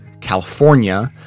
California